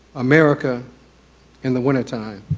america in the wintertime.